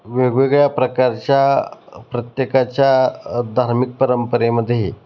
वेगवेगळ्या प्रकारच्या प्रत्येकाच्या धार्मिक परंपरेमध्ये